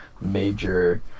major